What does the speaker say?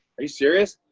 are you serious?